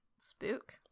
Spook